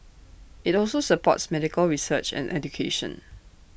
IT also supports medical research and education